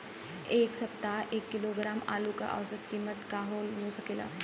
एह सप्ताह एक किलोग्राम आलू क औसत कीमत का हो सकेला?